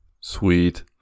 Sweet